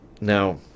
Now